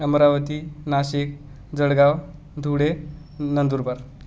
Amravati Nashik Jalgaon Dhule Nandurbar